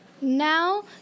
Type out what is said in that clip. now